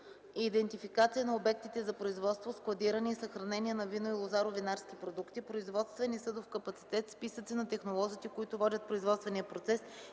идентификация на обектите за производство, складиране и съхранение на вино и лозаро-винарски продукти, производствен и съдов капацитет, списъци на технолозите, които водят производствения процес